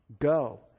go